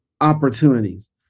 opportunities